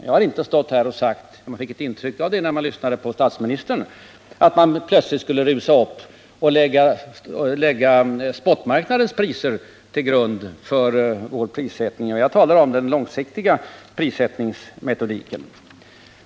Jag har inte här sagt, som statsministern gav ett intryck av, att man plötsligt skulle rusa upp och lägga spotmarknadens priser till grund för vår prissättning. Jag talar om den långsiktiga prissättningsmetodiken.